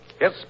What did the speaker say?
Yes